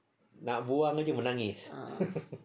nak buang aja menangis